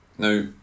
Now